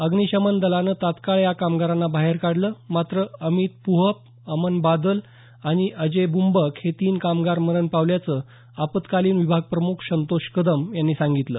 अग्निशमन दलानं तत्काळ या कामगारांना बाहेर काढलं मात्र अमित प्रहप अमन बादल आणि अजय ब्ंबक हे तीन कामगार मरण पावल्याचं आपतकालीन विभागप्रमुख संतोष कदम यांनी सांगितलं